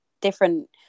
different